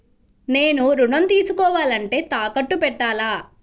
నేను ఋణం తీసుకోవాలంటే తాకట్టు పెట్టాలా?